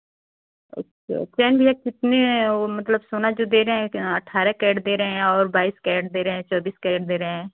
अच्छा चैन भैया कितने वह मतलब सोना जो दे रहे हैं एक अठारा कैट दे रहे हैं और बाईस कैरेट दे रहे हैं चौबीस कैरेट दे रहे हैं